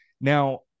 Now